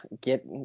get